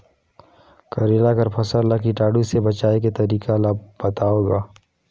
करेला कर फसल ल कीटाणु से बचाय के तरीका ला बताव ग?